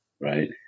right